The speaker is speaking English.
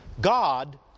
God